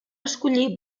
escollir